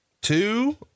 two